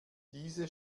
diese